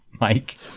Mike